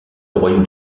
royaume